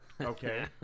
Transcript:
Okay